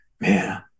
man